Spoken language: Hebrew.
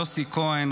יוסי כהן,